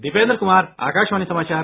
दीपेंद्र कुमार आकाशवाणी समाचार